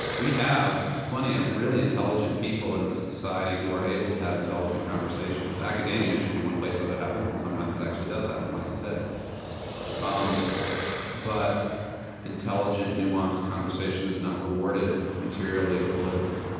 we have plenty of really intelligent people in this society who are able to have intelligent conversations. academia should be one place where that happens, and sometimes it actually does happen like today right um but intelligent nuanced conversation is not rewarded materially or politically.